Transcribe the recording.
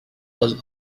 was